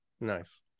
Nice